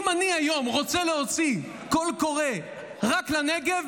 אם היום אני רוצה להוציא קול קורא רק לנגב,